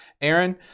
Aaron